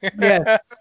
Yes